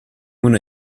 una